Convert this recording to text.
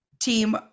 team